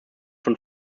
von